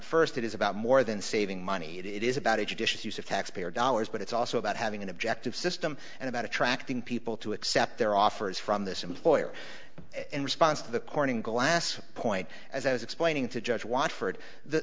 it is about more than saving money it is about a judicious use of taxpayer dollars but it's also about having an objective system and about attracting people to accept their offers from this employer in response to the corning glass point as i was explaining to judge watch for